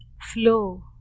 flow